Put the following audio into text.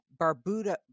Barbuda